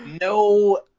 No